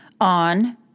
on